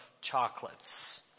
chocolates